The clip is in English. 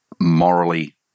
morally